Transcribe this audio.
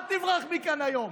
אל תברח מכאן היום.